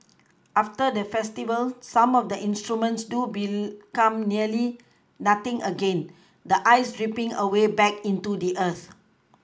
after the festival some of the instruments do become nearly nothing again the ice dripPing away back into the earth